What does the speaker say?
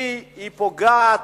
היא פוגעת